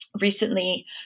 recently